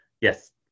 yes